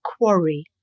quarry